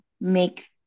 make